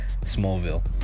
smallville